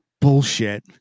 bullshit